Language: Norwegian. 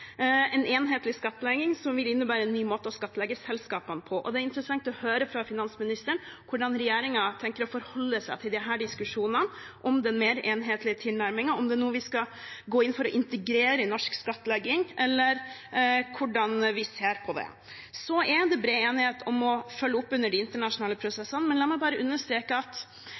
en enhetlig skattlegging som vil innebære en ny måte å skattlegge selskapene på. Det hadde vært interessant å høre fra finansministeren hvordan regjeringen tenker å forholde seg til disse diskusjonene, om den mer enhetlige tilnærmingen, om det er noe vi skal gå inn for å integrere i norsk skattlegging, eller hvordan vi ser på det. Så er det bred enighet om å følge opp under de internasjonale prosessene. Men la meg bare understreke at